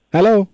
Hello